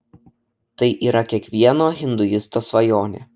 tai yra kiekvieno hinduisto svajonė